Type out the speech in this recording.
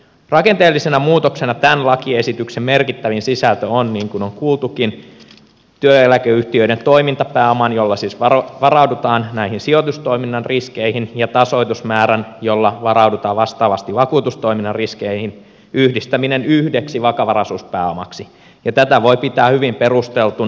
rakenteellisena muutoksena tämän lakiesityksen merkittävin sisältö on niin kuin on kuultukin työeläkeyhtiöiden toimintapääoman jolla siis varaudutaan näihin sijoitustoiminnan riskeihin ja tasoitusmäärän jolla varaudutaan vastaavasti vakuutustoiminnan riskeihin yhdistäminen yhdeksi vakavaraisuuspääomaksi ja tätä voi pitää hyvin perusteltuna